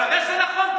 תודה שזה נכון.